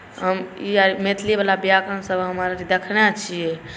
ई हम जे मैथिली वाला व्याकरण जे देखने छी